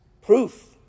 Proof